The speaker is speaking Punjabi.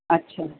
ਅੱਛਾ